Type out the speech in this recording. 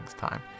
time